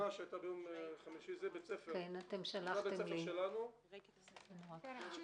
זה בית הספר שלנו, ביום חמישי - תמונה.